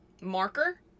marker